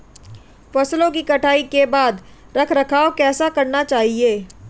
फसलों की कटाई के बाद रख रखाव कैसे करना चाहिये?